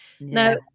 now